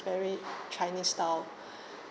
very chinese style